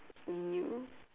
!eww!